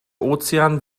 ozean